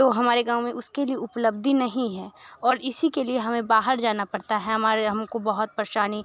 तो हमारे गाँव में उसके लिए उपलब्धी नहीं है और इसी के लिए हमें बाहर जाना पड़ता है हमारे हम को बहुत परेशानी